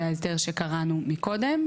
זה ההסדר שקראנו מקודם,